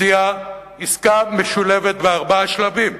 הציע עסקה משולבת בארבעה שלבים,